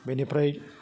बेनिफ्राय